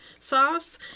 sauce